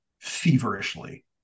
feverishly